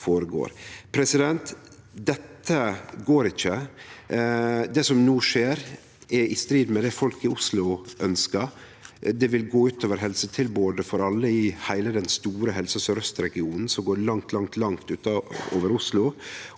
føre seg. Dette går ikkje. Det som no skjer, er i strid med det folk i Oslo ønskjer. Det vil gå ut over helsetilbodet for alle i heile den store Helse Sør-Aust-regionen, som går langt utover Oslo.